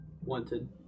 wanted